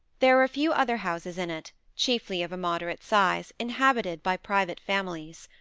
there were a few other houses in it, chiefly of a moderate size, inhabited by private families.